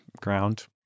ground